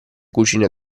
cucine